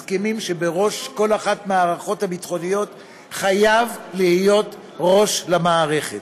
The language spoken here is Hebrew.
מסכימים שבראש כל אחת מהמערכות הביטחוניות חייב להיות ראש למערכת.